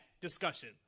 discussion